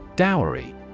Dowry